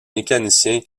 mécanicien